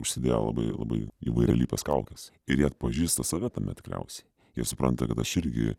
užsidėję labai labai įvairialypes kaukes ir jie atpažįsta save tame tikriausiai jie supranta kad aš irgi